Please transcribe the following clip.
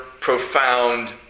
profound